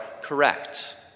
Correct